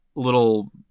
little